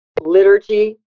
liturgy